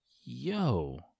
yo